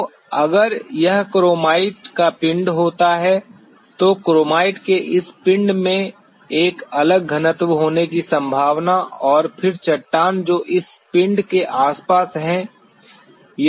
तो अगर यह क्रोमाइट का पिंड होता है तो क्रोमाइट के इस पिंड में एक अलग घनत्व होने की संभावना है और फिर चट्टान जो इस पिंड के आसपास हैं